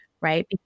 right